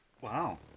Wow